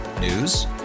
News